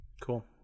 cool